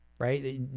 right